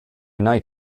night